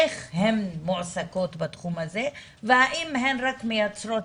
איך הם מועסקות בתחום הזה והאם הן רק מייצרות